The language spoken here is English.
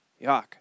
Yuck